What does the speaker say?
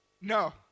No